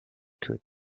could